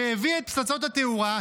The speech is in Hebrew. שהביא את פצצות התאורה,